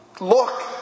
Look